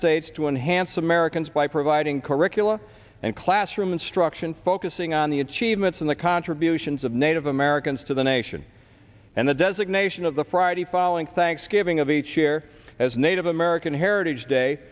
states to enhance americans by providing curricula and classroom instruction focusing on the achievements in the contributions of native americans to the nation and the designation of the friday following thanksgiving of each year as native american heritage day